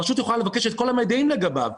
הרשות יכולה לבקש את כל המידעים לגביו.